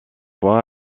fois